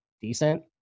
decent